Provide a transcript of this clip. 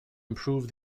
improve